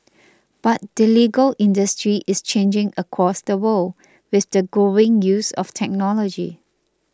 but the legal industry is changing across the world with the growing use of technology